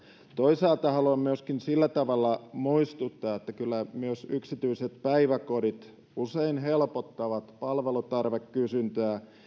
toisaalta haluan myöskin muistuttaa että kyllä myös yksityiset päiväkodit usein helpottavat palvelutarvekysyntää ja